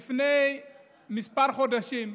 לפני כמה חודשים,